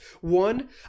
One